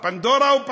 פנדורה.